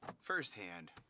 firsthand